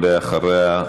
ואחריה,